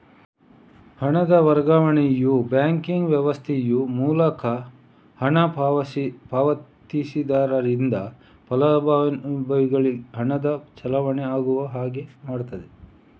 ಹಣದ ವರ್ಗಾವಣೆಯು ಬ್ಯಾಂಕಿಂಗ್ ವ್ಯವಸ್ಥೆಯ ಮೂಲಕ ಹಣ ಪಾವತಿದಾರರಿಂದ ಫಲಾನುಭವಿಗೆ ಹಣದ ಚಲಾವಣೆ ಆಗುವ ಹಾಗೆ ಮಾಡ್ತದೆ